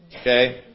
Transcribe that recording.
Okay